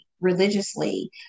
religiously